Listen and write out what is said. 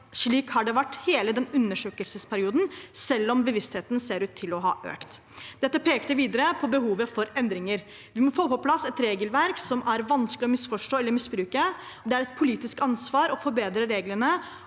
slik i hele den undersøkte perioden, selv om bevisstheten ser ut til å ha økt. Dette pekte videre på behovet for endringer. Vi må få på plass et regelverk som er vanskelig å misforstå eller misbruke. Det er et politisk ansvar å forbedre reglene,